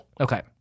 Okay